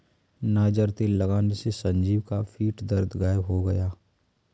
niger तेल लगाने से संजीव का पीठ दर्द गायब हो गया